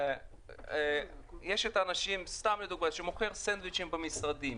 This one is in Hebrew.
יש את האנשים שמוכרים סנדוויצ'ים במשרדים.